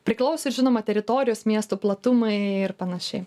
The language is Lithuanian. priklauso ir žinoma teritorijos miestų platumai ir panašiai